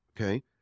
okay